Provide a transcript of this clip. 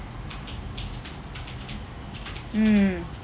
mm